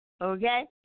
okay